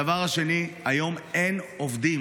הדבר השני, היום אין עובדים.